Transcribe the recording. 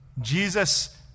Jesus